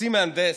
חצי מהנדס,